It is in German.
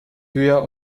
höher